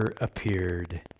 appeared